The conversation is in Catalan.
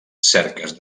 cerques